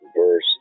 verse